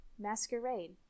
masquerade